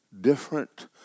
different